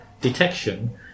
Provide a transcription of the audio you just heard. detection